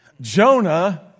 Jonah